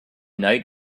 night